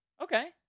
Okay